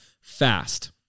fast